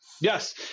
Yes